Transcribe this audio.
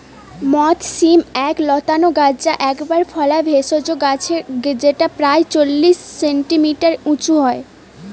মথ শিম এক লতানা গাছ যা একবার ফলা ভেষজ গাছ যেটা প্রায় চল্লিশ সেন্টিমিটার উঁচু হয়